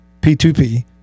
p2p